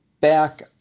back